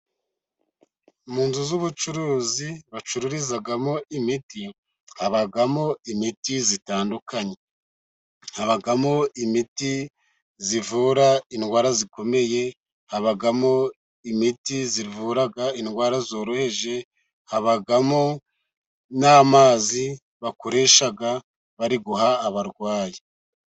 Mu nzu z'ubucuruzi bacururizamo imiti habamo imiti itandukanye: habamo imiti ivura indwara zikomeye, habamo imiti ivuraga indwara zoroheje, habamo n'amazi bakoresha bari guha abarwayi.